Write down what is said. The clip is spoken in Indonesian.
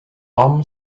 tom